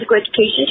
education